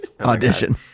audition